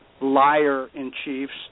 liar-in-chiefs